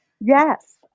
Yes